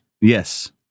Yes